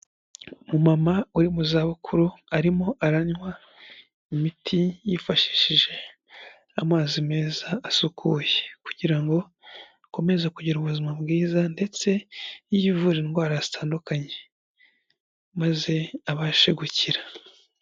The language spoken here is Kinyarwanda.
Umumama uri mu zabukuru arimo aranywa imiti yifashishije amazi meza asukuye kugira ngo akomeze kugira ubuzima bwiza ndetse yivure indwara zitandukanye maze abashe gukira.